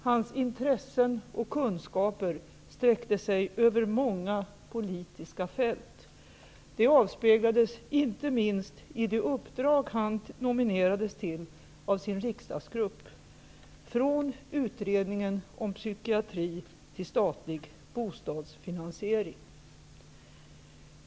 Hans intressen och kunskaper sträckte sig över många politiska fält. Det avspeglades inte minst i de uppdrag han nominerades till av sin riksdagsgrupp - från utredningen om psykiatri till statlig bostadsfinansiering.